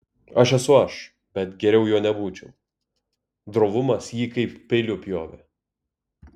aš esu aš bet geriau juo nebūčiau drovumas jį kaip peiliu pjovė